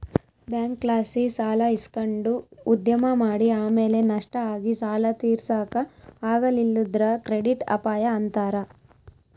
ಬ್ಯಾಂಕ್ಲಾಸಿ ಸಾಲ ಇಸಕಂಡು ಉದ್ಯಮ ಮಾಡಿ ಆಮೇಲೆ ನಷ್ಟ ಆಗಿ ಸಾಲ ತೀರ್ಸಾಕ ಆಗಲಿಲ್ಲುದ್ರ ಕ್ರೆಡಿಟ್ ಅಪಾಯ ಅಂತಾರ